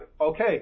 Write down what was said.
Okay